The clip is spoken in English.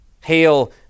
Hail